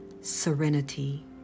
serenity